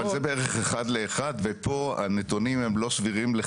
אבל זה בערך אחד לאחד ופה הנתונים הם לא סבירים לחלוטין.